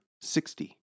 sixty